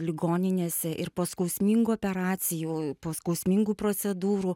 ligoninėse ir po skausmingų operacijų po skausmingų procedūrų